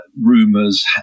rumors